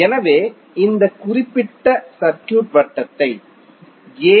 எனவே இந்த குறிப்பிட்ட சர்க்யூட் வட்டத்தை ஏ